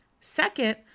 Second